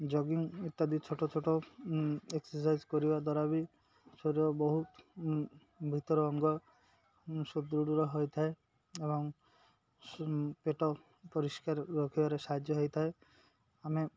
jogging ଇତ୍ୟାଦି ଛୋଟ ଛୋଟ ଏକ୍ସରସାଇଜ୍ କରିବା ଦ୍ୱାରା ବି ଶରୀର ବହୁ ଭିତର ଅଙ୍ଗ ସୁଦୃଢ଼ ହୋଇଥାଏ ଏବଂ ପେଟ ପରିଷ୍କାର ରଖିବାରେ ସାହାଯ୍ୟ ହେଇଥାଏ ଆମେ